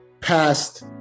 past